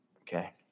Okay